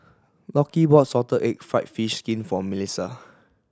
Lockie bought salted egg fried fish skin for Milissa